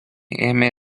ėmė